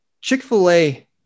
Chick-fil-A